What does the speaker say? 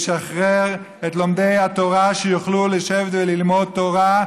שישחרר את לומדי התורה, שיוכלו לשבת וללמוד תורה,